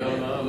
בגלל מה?